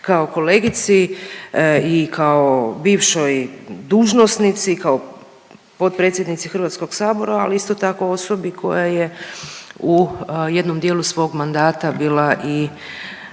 kao kolegici i kao bivšoj dužnosnici i kao potpredsjednici HS-a, ali isto tako, osobi koja je u jednom dijelu svog mandata bila i